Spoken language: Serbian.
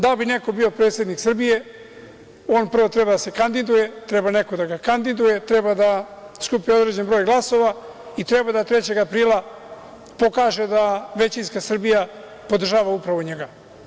Da bi neko bio predsednik Srbije, on prvo treba da se kandiduje, treba neko da ga kandiduje, treba da skupi određen broj glasova i treba da 3. aprila pokaže da većinska Srbija podržava upravo njega.